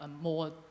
more